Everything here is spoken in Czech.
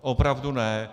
Opravdu ne.